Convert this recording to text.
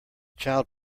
child